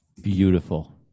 Beautiful